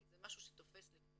כי זה משהו שתופס לכולם,